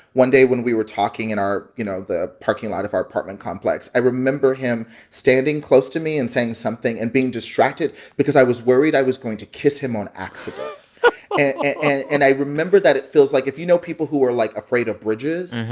one day when we were talking in our you know, the parking lot of our apartment complex, i remember him standing close to me and saying something and being distracted because i was worried i was going to kiss him on accident and i remember that it feels like if you know people who are, like, afraid of bridges,